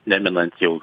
neminant jau